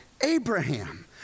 Abraham